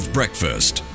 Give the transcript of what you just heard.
Breakfast